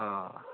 آ